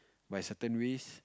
by certain ways